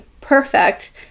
perfect